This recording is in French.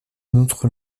notre